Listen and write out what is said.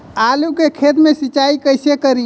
आलू के खेत मे सिचाई कइसे करीं?